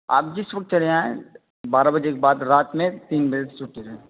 آپ جس وقت چلے آئیں بارہ بجے کے بعد رات میں تین بجے صبح تک ہیں